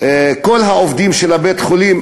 כל העובדים של בית-החולים,